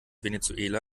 venezuela